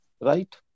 Right